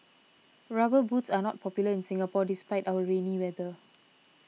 rubber boots are not popular in Singapore despite our rainy weather